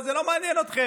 אבל זה לא מעניין אתכם.